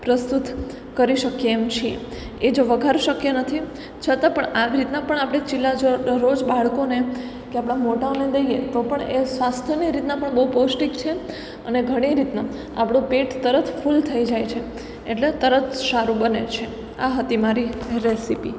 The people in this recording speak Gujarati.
પ્રસ્તુત કરી શકીએ એમ છીએ એ જો વઘાર શક્ય નથી છતાં પણ આવી રીતના પણ આપણે ચિલા જો રોજ બાળકોને કે આપણા મોટાઓને દઈએ તો પણ એ સ્વાસ્થ્યની રીતના પણ બહુ પૌષ્ટિક છે અને ઘણી રીતના આપણું પેટ તરત ફૂલ થઈ જાય છે એટલે તરત સારું બને છે આ હતી મારી રેસીપી